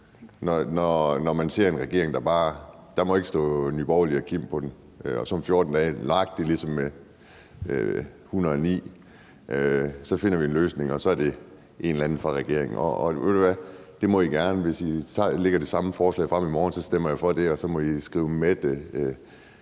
lidt skuffet, når der ikke må stå Nye Borgerlige og Kim på det, og så om 14 dage, nøjagtig ligesom med B 109, finder vi en løsning, og så er det en eller anden fra regeringen. Ved du hvad? Det må I gerne. Hvis I fremsætter det samme forslag i morgen, stemmer jeg for det, og så må I skrive Mette,